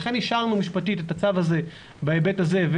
ולכן אישרנו משפטית את הצו הזה בהיבט הזה,